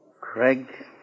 Craig